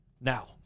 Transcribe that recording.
Now